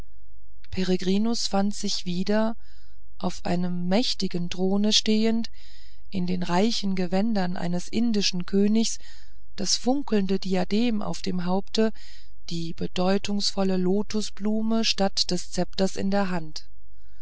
peregrinus fand sich wieder auf einem prächtigen throne stehend in den reichen gewändern eines indischen königs das funkelnde diadem auf dem haupte die bedeutungsvolle lotosblume statt des zepters in der hand